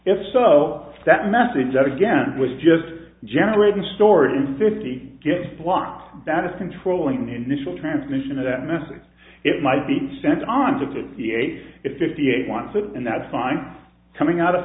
it so that message out again was just generating stored in fifty gig blocks that is controlling initial transmission of that message it might be sent on to the ace if fifty eight wants it and that's fine coming out of